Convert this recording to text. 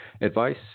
advice